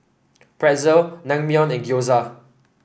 Pretzel Naengmyeon and Gyoza